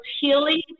healing